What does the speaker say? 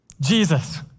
Jesus